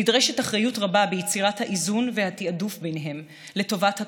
נדרשת אחריות רבה ביצירת האיזון והתעדוף ביניהם לטובת הכלל.